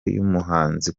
y’umuhanzi